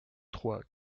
trois